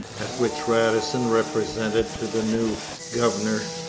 at which radisson represented to the new governor,